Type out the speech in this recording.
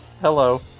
Hello